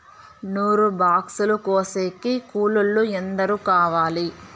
నూరు బాక్సులు కోసేకి కూలోల్లు ఎందరు కావాలి?